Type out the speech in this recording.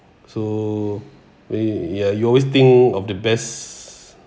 so ya you always think of the best